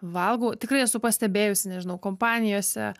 valgau tikrai esu pastebėjusi nežinau kompanijose